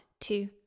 Two